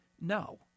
no